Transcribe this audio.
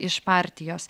iš partijos